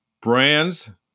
brands